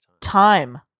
Time